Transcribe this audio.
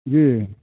जी